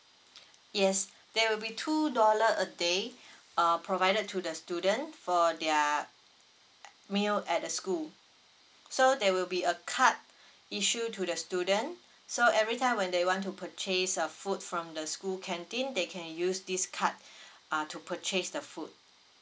yes there will be two dollar a day uh provided to the student for their meal at the school so there will be a card issue to the student so every time when they want to purchase a food from the school canteen they can use this card uh to purchase the food